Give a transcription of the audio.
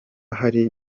hari